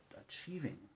achieving